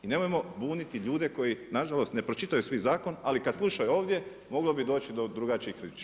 I nemojmo buniti ljude koji nažalost ne pročitaju svi zakon ali kad slušaju ovdje moglo bi doći do drugačije priče.